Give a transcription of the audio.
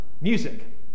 music